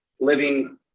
living